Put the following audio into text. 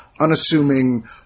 unassuming